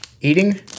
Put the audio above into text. eating